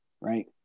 right